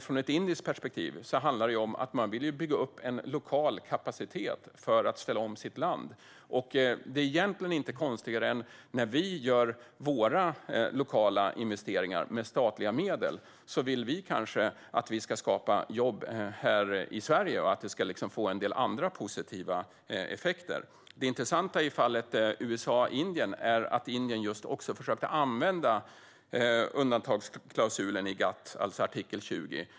Från ett indiskt perspektiv handlar det dock om att man vill bygga upp en lokal kapacitet för att ställa om sitt land, och det är egentligen inte konstigare än att vi, när vi gör våra lokala investeringar med statliga medel, kanske vill skapa jobb här i Sverige. Vi vill liksom att det ska få en del andra positiva effekter. Det intressanta i fallet USA-Indien är att Indien just också försökte använda undantagsklausulen i GATT, alltså artikel 20.